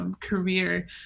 career